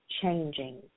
changing